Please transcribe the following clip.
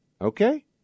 Okay